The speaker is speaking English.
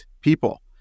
people